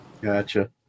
Gotcha